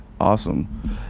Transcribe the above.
Awesome